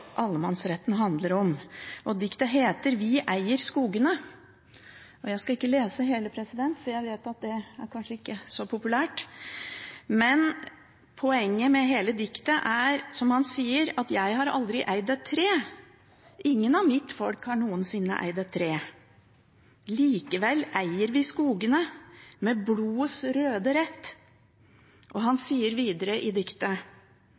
allemannsretten handler om. Diktet heter «Vi eier skogene». Jeg skal ikke lese hele, for jeg vet at det kanskje ikke er så populært, men poenget med hele diktet er, som han sier det: «Jeg har aldri eid et tre. Ingen av mitt folk har noensinne eid et tre – Likevel eier vi skogene med blodets røde rett.» Han sier videre i diktet: